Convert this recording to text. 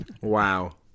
Wow